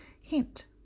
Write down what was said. Hint